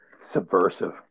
subversive